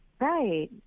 right